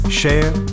share